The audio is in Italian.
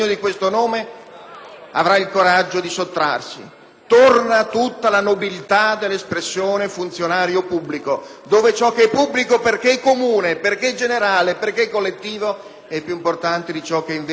avranno il coraggio di sottrarsi: torna tutta la nobiltà dell'espressione funzionario pubblico, in cui ciò che è pubblico - perché è comune, generale e collettivo - è più importante di ciò che invece ha soltanto